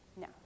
No